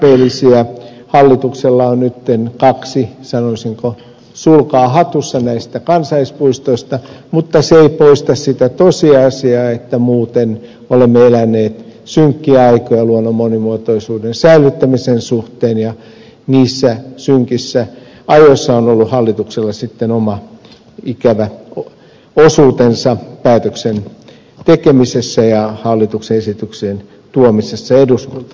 hallituksella on nyt kaksi sanoisinko sulkaa hatussa näistä kansallispuistoista mutta se ei poista sitä tosiasiaa että muuten olemme eläneet synkkiä aikoja luonnon monimuotoisuuden säilyttämisen suhteen ja niissä synkissä ajoissa on ollut hallituksella oma ikävä osuutensa päätöksen tekemisessä ja hallituksen esityksien tuomisessa eduskuntaan